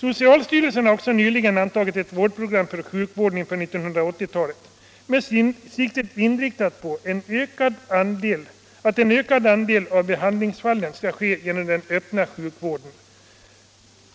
Socialstyrelsen har också nyligen antagit ett vårdprogram för sjukvården inför 1980-talet med siktet inställt på att en ökad andel av sjukvården skall behandlas inom den öppna vården.